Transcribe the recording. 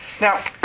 Now